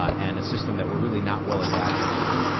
and a system that we're really not well adapted to,